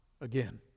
again